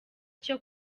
cyo